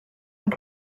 amb